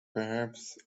perhaps